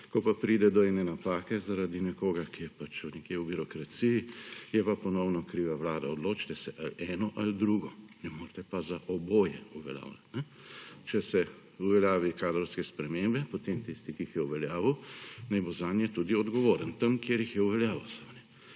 Ko pa pride do ene napake zaradi nekoga, ki je pač nekje v birokraciji, je pa ponovno kriva Vlada. Odločite se, ali eno ali drugo. Ne morete pa za oboje uveljavljati. Če se uveljavi kadrovske spremembe, potem tisti, ki jih je uveljavil, naj bo zanje tudi odgovoren tam kjer jih je uveljavil.